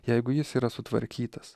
jeigu jis yra sutvarkytas